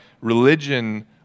religion